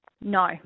No